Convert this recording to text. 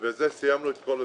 ובזה סיימנו את כל השביל.